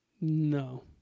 No